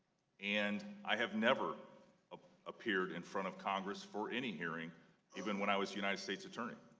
and i have never ah appeared in front of congress for any hearing even when i was united states attorney.